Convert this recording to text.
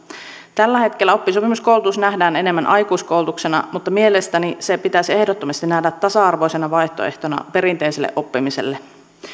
tällä hetkellä oppisopimuskoulutus nähdään enemmän aikuiskoulutuksena mutta mielestäni se pitäisi ehdottomasti nähdä tasa arvoisena vaihtoehtona perinteiselle oppimiselle